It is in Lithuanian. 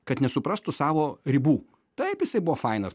kad nesuprastų savo ribų taip jisai buvo fainas